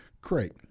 great